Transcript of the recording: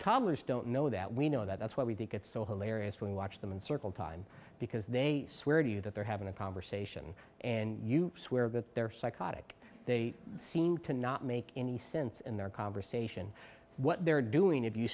toddlers don't know that we know that's what we think it's so hilarious to watch them in circle time because they swear to you that they're having a conversation and you swear that they're psychotic they seem to not make any sense in their conversation what they're doing if you